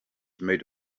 made